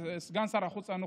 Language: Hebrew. סגן שר החוץ הנוכחי.